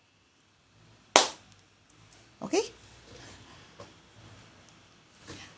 okay